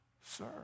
sir